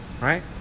right